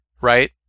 right